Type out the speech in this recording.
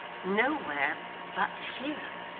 nowhere but here